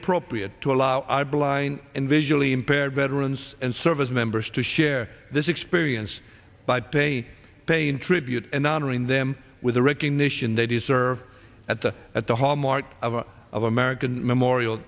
appropriate to allow our blind and visually impaired veterans and service members to share this experience by day paying tribute and honoring them with the recognition they deserve at the at the hallmark of a of american memorial